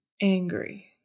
angry